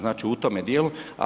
Znači u tome dijelu.